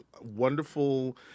wonderful